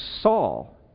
Saul